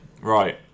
Right